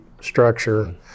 structure